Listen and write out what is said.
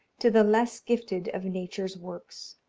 to the less gifted of nature's works.